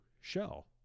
shell